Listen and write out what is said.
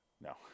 no